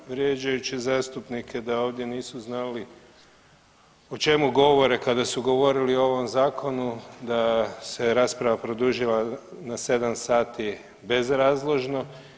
238. vrijeđajući zastupnike da ovdje nisu znali o čemu govore kada su govorili o ovom zakonu da se rasprava produžila na sedam sati bezrazložno.